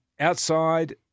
Outside